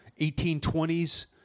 1820s